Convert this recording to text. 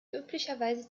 üblicherweise